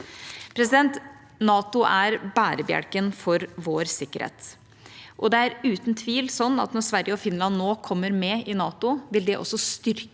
systemet. NATO er bærebjelken for vår sikkerhet, og det er uten tvil sånn at når Sverige og Finland nå kommer med i NATO, vil det også styrke